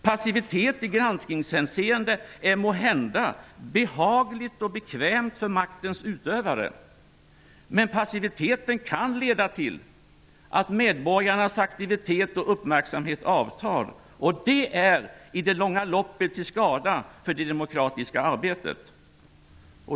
Passivitet i granskningshänseende är måhända behagligt och bekvämt för maktens utövare. Men passiviteten kan leda till att medborgarnas aktivitet och uppmärksamhet avtar. Och det är i det långa loppet till skada för det demokratiska arbetet.